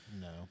No